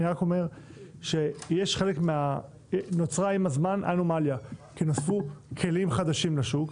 אני רק אומר שנוצרה עם הזמן אנומליה כי נוספו כלים חדשים לשוק,